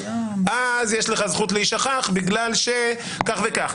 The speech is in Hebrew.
אז יש לך זכות להישכח בגלל שכך וכך,